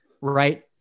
right